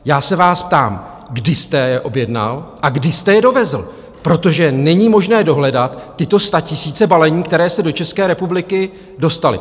Já se vás ptám, kdy jste je objednal a kdy jste je dovezl, protože není možné dohledat tyto statisíce balení, které se do České republiky dostaly.